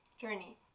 journey